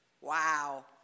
Wow